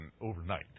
overnight